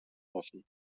болно